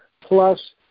plus